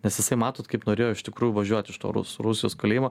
nes jisai matot kaip norėjo iš tikrųjų važiuot iš to rus rusijos kalėjimo